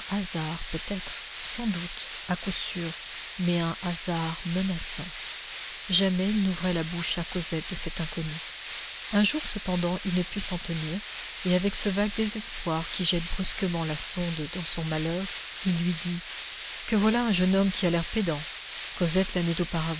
hasard peut-être sans doute à coup sûr mais un hasard menaçant jamais il n'ouvrait la bouche à cosette de cet inconnu un jour cependant il ne put s'en tenir et avec ce vague désespoir qui jette brusquement la sonde dans son malheur il lui dit que voilà un jeune homme qui a l'air pédant cosette l'année